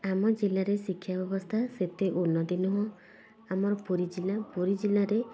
ଆମ ଜିଲ୍ଲାରେ ଶିକ୍ଷା ଵ୍ୟବସ୍ଥା ସେତେ ଉନ୍ନତି ନୁହଁ ଆମର ପୁରୀ ଜିଲ୍ଲା ପୁରୀ ଜିଲ୍ଲାରେ